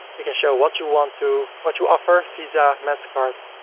you can show what you want to, what you offer visa, mastercard